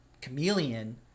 chameleon